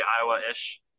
Iowa-ish